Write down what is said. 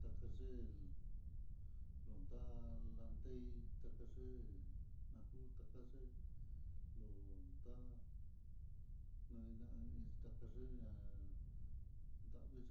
Takayel lonta'a lante'í nakaye naku takaye, lonta nixnai takaye na'a ndavii